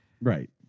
Right